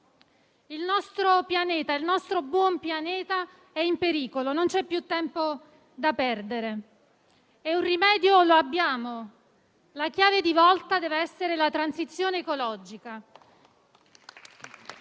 Il nostro pianeta, il nostro buon pianeta, è in pericolo; non c'è più tempo da perdere. Un rimedio lo abbiamo: la chiave di volta deve essere la transizione ecologica